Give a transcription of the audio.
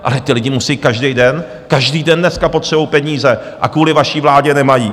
Ale ti lidi musí každý den, každý den dneska potřebují peníze a kvůli vaší vládě nemají.